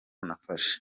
nafashe